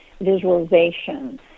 visualization